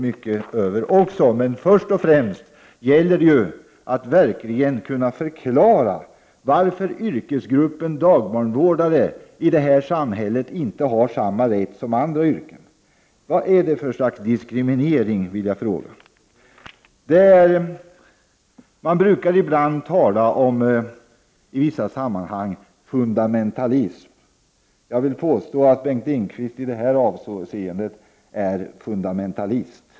Det gäller först och främst att verkligen förklara varför yrkesgruppen dagbarnvårdare i vårt samhälle inte har samma rätt som andra yrkesgrupper. Varför denna diskriminering? Man brukar i vissa sammanhang tala om fundamentalism. Jag vill påstå att Bengt Lindqvist i detta avseende är fundamentalist.